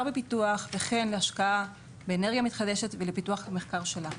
ופיתוח וכן להשקעה באנרגיה מתחדשת ולפיתוח המחקר שלה.